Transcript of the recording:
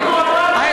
קואליציוניים"?